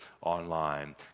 online